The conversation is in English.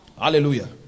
Hallelujah